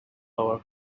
our